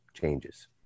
changes